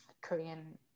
Korean